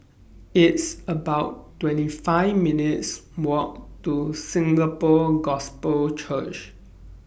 It's about twenty five minutes' Walk to Singapore Gospel Church